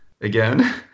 again